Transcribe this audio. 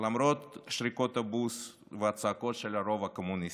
למרות שריקות הבוז והצעקות של הרוב הקומוניסטי.